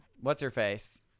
what's-her-face